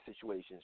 situations